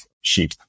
sheep